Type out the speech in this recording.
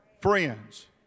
friends